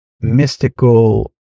mystical